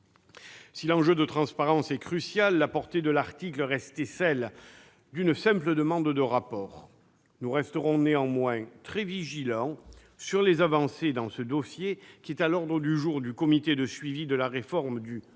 Si l'enjeu de transparence est crucial, la portée de l'article restait celle d'une simple demande de rapport. Nous resterons néanmoins très vigilants sur les avancées dans ce dossier, lequel est à l'ordre du jour du comité de suivi de la réforme du